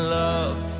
love